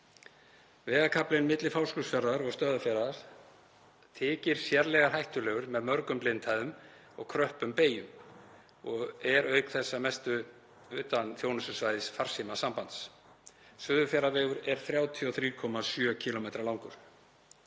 Vegarkaflinn milli Fáskrúðsfjarðar og Stöðvarfjarðar þykir sérlega hættulegur með mörgum blindhæðum og kröppum beygjum og er auk þess að mestu leyti utan þjónustusvæðis farsímasambands. Suðurfjarðavegur er 33,7 km langur.